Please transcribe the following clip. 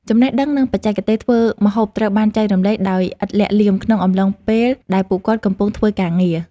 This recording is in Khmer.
ចំណេះដឹងនិងបច្ចេកទេសធ្វើម្ហូបត្រូវបានចែករំលែកដោយឥតលាក់លៀមក្នុងអំឡុងពេលដែលពួកគាត់កំពុងធ្វើការងារ។